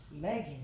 Megan